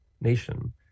nation